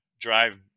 drive